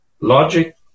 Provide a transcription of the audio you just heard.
logic